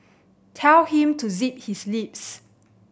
tell him to zip his lips